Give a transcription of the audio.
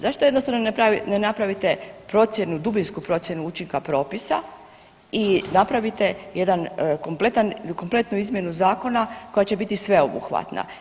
Zašto jednostavno ne napravite procjenu, dubinsku procjenu učinka propisa i napravite jedan kompletan, kompletnu izmjenu zakona koja će biti sveobuhvatna.